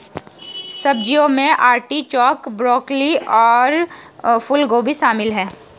सब्जियों में artichoke, broccoli और फूलगोभी शामिल है